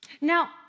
Now